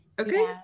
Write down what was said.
okay